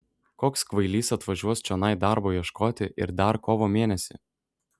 koks kvailys atvažiuos čionai darbo ieškoti ir dar kovo mėnesį